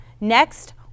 Next